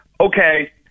okay